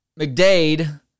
McDade